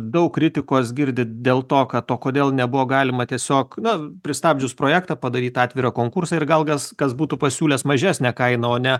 daug kritikos girdi dėl to kad to kodėl nebuvo galima tiesiog na pristabdžius projektą padaryt tą atvirą konkursą ir gal gas kas būtų pasiūlęs mažesnę kainą o ne